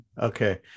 Okay